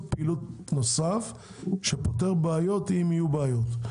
פעילות נוסף שפותר בעיות אם יהיו בעיות,